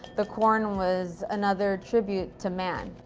the corn was another tribute to man.